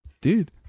Dude